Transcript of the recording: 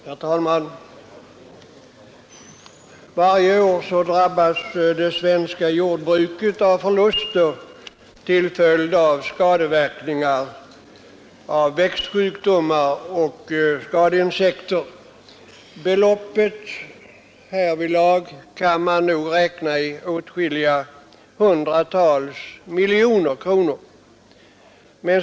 Herr talman! Varje år drabbas det svenska jordbruket av förluster till följd av skadeverkningar av växtsjukdomar och skadeinsekter. Beloppet torde kunna räknas till åtskilliga 100-tals miljoner.